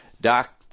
doc